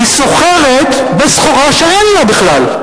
היא סוחרת בסחורה שאין לה בכלל.